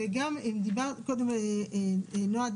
אם תקטינו את זה מ-20 אחוזים